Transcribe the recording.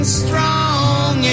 strong